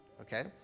okay